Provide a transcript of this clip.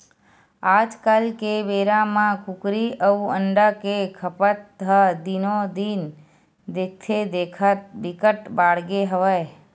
आजकाल के बेरा म कुकरी अउ अंडा के खपत ह दिनो दिन देखथे देखत बिकट बाड़गे हवय